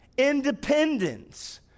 independence